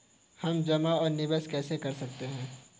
हम जमा और निवेश कैसे कर सकते हैं?